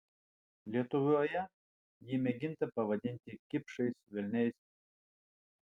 lietuvoje jį mėginta pavadinti kipšais velniais